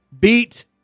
beat